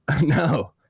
no